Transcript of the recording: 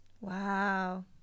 Wow